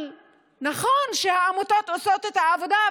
נכון שהעמותות עושות את העבודה,